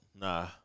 Nah